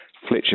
Fletcher